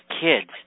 kids